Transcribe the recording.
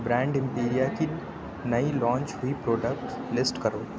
brand Imperia کی نئی launch ہوئی پروڈکٹس لسٹ کرو